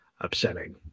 upsetting